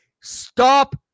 Stop